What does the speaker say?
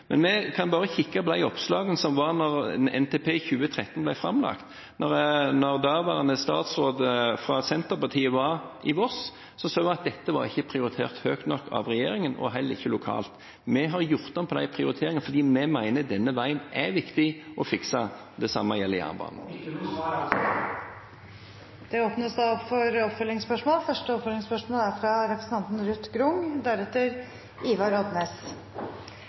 Vi kan bare kikke på de oppslagene som var da NTP i 2013 ble framlagt, da daværende statsråd fra Senterpartiet var i Voss. Da så vi at dette ikke var prioritert høyt nok av regjeringen og heller ikke lokalt. Vi har gjort om på de prioriteringene fordi vi mener at denne veien er viktig å fikse. Det samme gjelder jernbanen. Ikke noe svar altså. Ruth Grung – til oppfølgingsspørsmål.